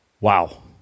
Wow